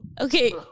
Okay